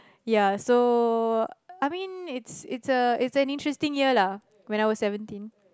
ya so I mean it's it's a it's an interesting year lah when I was seventeen